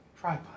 Tripod